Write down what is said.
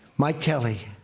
mike kelly.